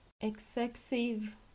excessive